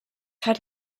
had